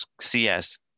cs